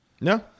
No